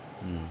mm